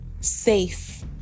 safe